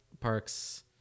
parks